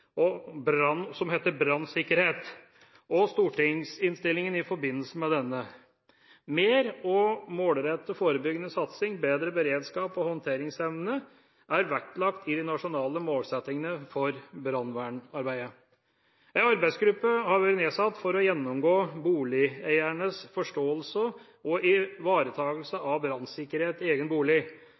Brannsikkerhet, og stortingsinnstillingen i forbindelse med denne. Mer og målrettet forebyggende satsing og bedre beredskaps- og håndteringsevne er vektlagt i de nasjonale målsettingene for brannvernarbeidet. En arbeidsgruppe har vært nedsatt for å gjennomgå boligeiernes forståelse og ivaretakelse av brannsikkerhet i egen bolig